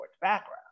background